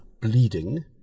bleeding